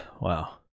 Wow